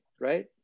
right